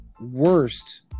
worst